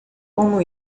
como